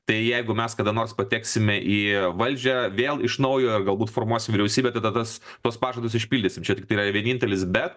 tai jeigu mes kada nors pateksime į valdžią vėl iš naujo galbūt formuos vyriausybę tada tas tuos pažadus išpildysim tiktai yra vienintelis bet